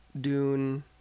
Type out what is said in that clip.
Dune